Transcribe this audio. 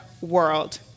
world